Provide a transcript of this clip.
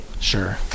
sure